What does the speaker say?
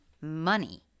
money